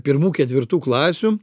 pirmų ketvirtų klasių